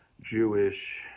Jewish